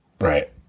right